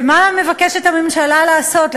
ומה מבקשת הממשלה לעשות?